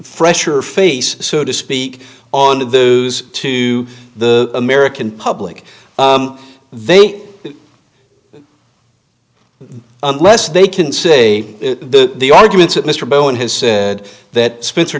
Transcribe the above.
fresher face so to speak on those to the american public they unless they can say the arguments that mr bowen has said that spencer